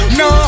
no